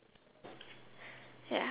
yeah